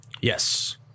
Yes